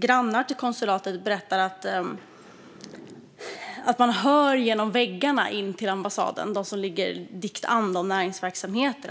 Grannar till konsulatet berättar att de hör genom väggarna till ambassaden. De näringsverksamheter som ligger dikt an säger